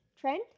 trend